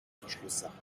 verschlusssache